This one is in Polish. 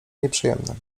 nieprzyjemnym